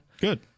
Good